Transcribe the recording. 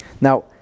Now